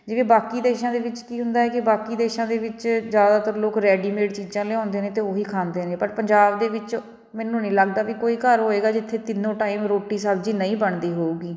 ਜਿਵੇਂ ਬਾਕੀ ਦੇਸ਼ਾਂ ਦੇ ਵਿੱਚ ਕੀ ਹੁੰਦਾ ਕਿ ਬਾਕੀ ਦੇਸ਼ਾਂ ਦੇ ਵਿੱਚ ਜ਼ਿਆਦਾਤਰ ਲੋਕ ਰੈਡੀਮੇਡ ਚੀਜ਼ਾਂ ਲਿਆਉਂਦੇ ਨੇ ਅਤੇ ਉਹੀ ਖਾਂਦੇ ਨੇ ਬਟ ਪੰਜਾਬ ਦੇ ਵਿੱਚ ਮੈਨੂੰ ਨਹੀਂ ਲੱਗਦਾ ਵੀ ਕੋਈ ਘਰ ਹੋਏਗਾ ਜਿੱਥੇ ਤਿੰਨੋਂ ਟਾਈਮ ਰੋਟੀ ਸਬਜ਼ੀ ਨਹੀਂ ਬਣਦੀ ਹੋਊਗੀ